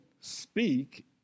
speak